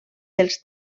dels